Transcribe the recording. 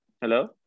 Hello